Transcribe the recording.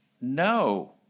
No